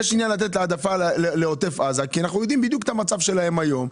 יש עניין לתת העדפה לעוטף עזה כי אנחנו יודעים בדיוק את המצב שלהם היום.